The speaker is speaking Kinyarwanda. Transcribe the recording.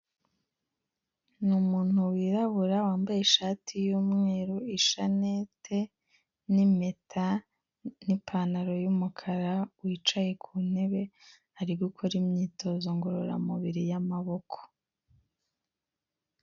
Ni umuntu wirabura, wambaye ishati y'umweru, ishanete n'impeta, n'ipantaro y'umukara, wicaye ku ntebe ari gukora imyitozo ngororamubiri y'amaboko.